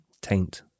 Taint